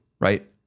right